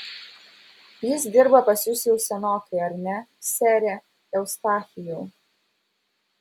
jis dirba pas jus jau senokai ar ne sere eustachijau